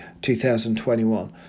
2021